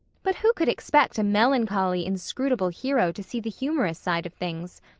but who could expect a melancholy, inscrutable hero to see the humorous side of things?